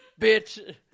Bitch